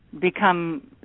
become